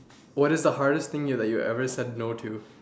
what is the hardest thing you that you have ever said no to